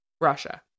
Russia